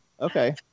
Okay